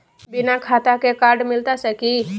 बिना खाता के कार्ड मिलता सकी?